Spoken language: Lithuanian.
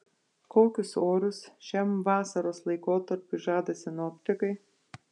kokius orus šiam vasaros laikotarpiui žada sinoptikai